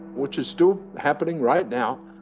which is still happening right now,